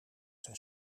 zijn